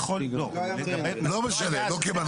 לא משנה, לא כמנכ"ל.